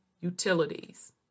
utilities